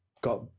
got